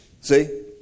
See